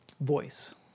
voice